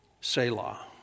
Selah